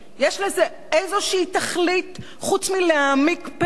יש לזה איזו תכלית חוץ מלהעמיק פערים